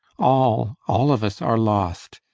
all, all of us are lost,